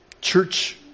church